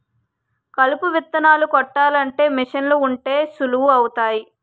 కలుపు విత్తనాలు కొట్టాలంటే మీసన్లు ఉంటే సులువు అవుతాది